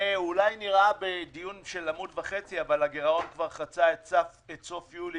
זה אולי נראה בדיון של עמוד וחצי אבל הגירעון כבר חצה את סוף יולי,